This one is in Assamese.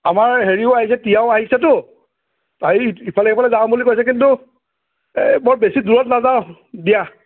আমাৰ হেৰিও আহিছে প্ৰিয়াও আহিছেতো তায়ো ইফালে সিফালে যাওঁ বুলি কৈছে কিন্তু এই বৰ বেছি দূৰত নাযাওঁ দিয়া